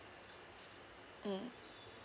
mm